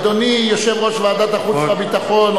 אדוני יושב-ראש ועדת החוץ והביטחון,